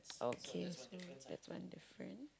okay so that's one different